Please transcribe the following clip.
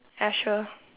ah sure